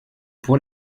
pour